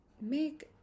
make